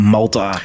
Malta